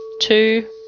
two